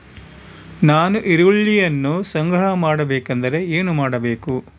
ನಾನು ಈರುಳ್ಳಿಯನ್ನು ಸಂಗ್ರಹ ಮಾಡಬೇಕೆಂದರೆ ಏನು ಮಾಡಬೇಕು?